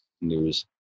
news